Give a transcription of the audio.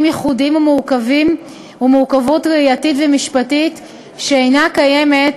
ייחודיים ומורכבות ראייתית ומשפטית שאינה קיימת,